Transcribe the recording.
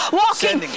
walking